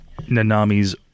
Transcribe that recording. Nanami's